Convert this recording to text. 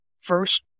first